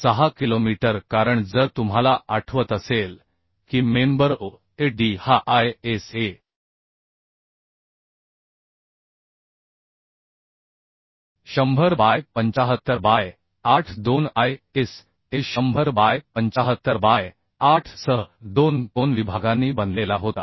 6 kilometre कारण जर तुम्हाला आठवत असेल की मेंबर OAD हा ISA 100 by 75 by 8 2 ISA 100 by 75 by 8 सह दोन कोन विभागांनी बनलेला होता